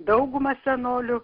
dauguma senolių